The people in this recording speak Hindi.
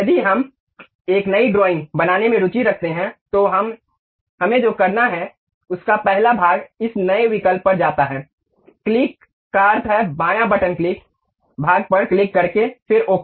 यदि हम एक नई ड्राइंग बनाने में रुचि रखते हैं तो हमें जो करना है उसका पहला भाग इस नए विकल्प पर जाता है क्लिक का अर्थ है बायाँ बटन क्लिक भाग पर क्लिक करके फिर ओके